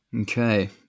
Okay